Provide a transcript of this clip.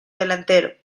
delantero